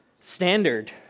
standard